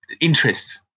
interest